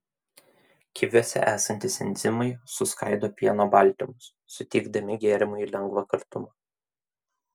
kiviuose esantys enzimai suskaido pieno baltymus suteikdami gėrimui lengvą kartumą